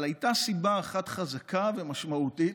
אבל הייתה סיבה אחת חזקה ומשמעותית: